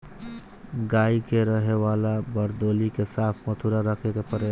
गाई के रहे वाला वरदौली के साफ़ सुथरा रखे के पड़ेला